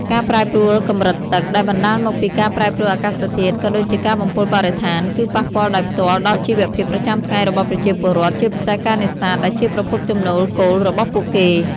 ការប្រែប្រួលកម្រិតទឹក ដែលបណ្តាលមកពីការប្រែប្រួលអាកាសធាតុ ក៏ដូចជាការបំពុលបរិស្ថាន គឺប៉ះពាល់ដោយផ្ទាល់ដល់ជីវភាពប្រចាំថ្ងៃរបស់ប្រជាពលរដ្ឋ ជាពិសេសការនេសាទ ដែលជាប្រភពចំណូលគោលរបស់ពួកគេ។